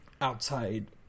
outside